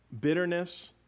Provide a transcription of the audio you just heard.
bitterness